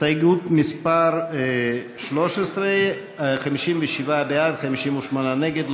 הסתייגות מס' 13, 57 בעד, 58 נגד.